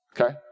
okay